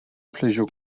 pléisiúir